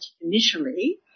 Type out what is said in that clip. initially